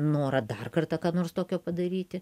norą dar kartą ką nors tokio padaryti